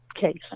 case